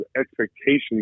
expectations